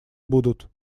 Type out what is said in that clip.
будут